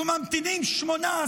וממתינים שמונה,